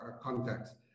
context